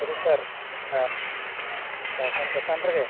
hello sir ᱦᱮᱸ ᱚᱠᱟ ᱫᱳᱠᱟᱱ ᱨᱮᱜᱮ